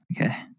okay